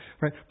right